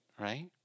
Right